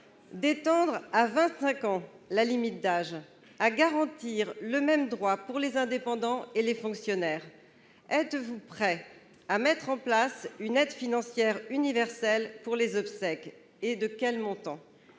porter à 25 ans la limite d'âge et à garantir le même droit pour les indépendants et les fonctionnaires ? Êtes-vous prêts à mettre en place une aide financière universelle pour les obsèques et de quel montant ?